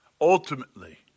Ultimately